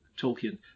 Tolkien